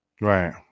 Right